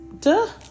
duh